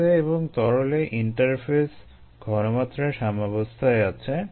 গ্যাসে এবং তরলে ইন্টারফেস ঘনমাত্রা সাম্যাবস্থায় আছে